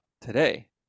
today